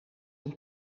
een